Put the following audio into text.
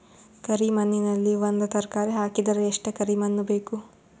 ಕರಿ ಮಣ್ಣಿನಲ್ಲಿ ಒಂದ ತರಕಾರಿ ಹಾಕಿದರ ಎಷ್ಟ ಕರಿ ಮಣ್ಣು ಬೇಕು?